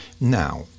Now